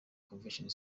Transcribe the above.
convention